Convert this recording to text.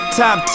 top